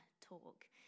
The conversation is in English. talk